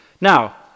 Now